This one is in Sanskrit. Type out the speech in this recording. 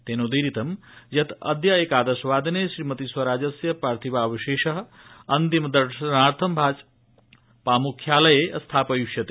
तेनोदीरितं यत् अद्य एकादश वादने श्रीमतीस्वराजस्य पार्थिवावशेषः अन्तिमदर्शनार्थं भाजपा मुख्यालये स्थापयिष्यते